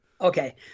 Okay